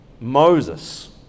moses